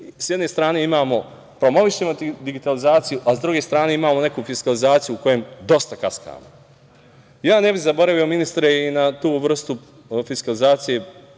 sa jedne strane promovišemo digitalizaciju, a sa druge strane imamo neku fiskalizaciju u kojoj dosta kaskamo. Ne bih zaboravio, ministre, i na tu vrstu fiskalizacije